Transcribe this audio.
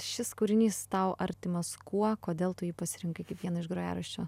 šis kūrinys tau artimas kuo kodėl tu jį pasirinkai kaip vieną iš grojaraščio